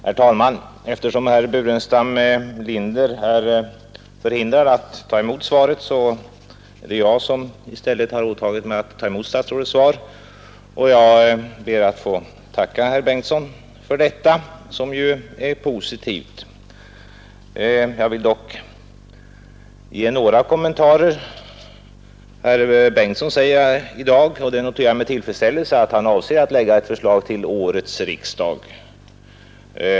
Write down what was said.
Herr talman! Herr Burenstam Linder är förhindrad att ta emot statsrådets svar, och jag har i stället åtagit mig att göra det. Jag ber att få tacka herr Bengtsson för svaret, som ju är positivt. Jag vill dock göra några kommentarer. Herr Bengtsson säger i dag — och det noterar jag med tillfredsställelse — att han avser att framlägga ett förslag för årets riksdag.